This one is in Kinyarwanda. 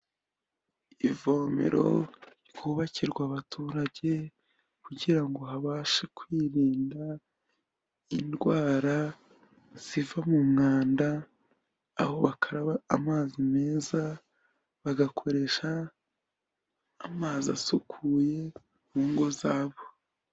Ivomero ryubakirwa abaturage kugira ngo habashe kwirinda indwara ziva mu mwanda, aho bakaraba amazi meza bagakoresha amazi asukuye mu ngo zabo.